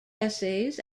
essays